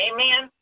Amen